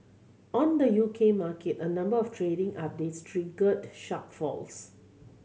on the U K market a number of trading updates triggered sharp falls